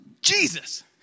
Jesus